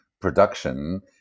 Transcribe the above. production